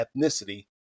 ethnicity